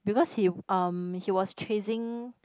because he uh he was chasing